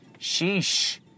Sheesh